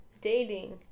Dating